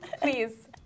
Please